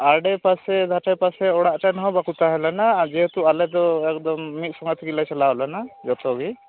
ᱟᱲᱮ ᱯᱟᱥᱮ ᱚᱲᱟᱜ ᱯᱟᱥᱮ ᱚᱲᱟᱜ ᱨᱮᱱ ᱦᱚᱸ ᱵᱟᱠᱚ ᱛᱟᱦᱮᱸ ᱞᱮᱱᱟ ᱟᱨ ᱡᱮᱦᱮᱛᱩ ᱟᱞᱮ ᱫᱚ ᱮᱠᱫᱚᱢ ᱥᱚᱸᱜᱮ ᱛᱮᱜᱮ ᱞᱮ ᱪᱟᱞᱟᱣ ᱞᱮᱱᱟ ᱡᱚᱛᱚ ᱜᱮ